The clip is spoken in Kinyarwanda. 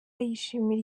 yishimira